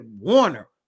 Warner